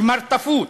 שמרטפות,